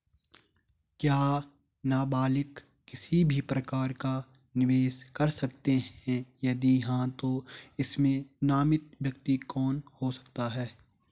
क्या नबालिग किसी भी प्रकार का निवेश कर सकते हैं यदि हाँ तो इसमें नामित व्यक्ति कौन हो सकता हैं?